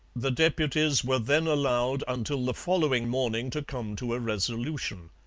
the deputies were then allowed until the following morning to come to a resolution.